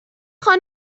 خانم